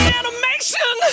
animation